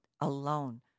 alone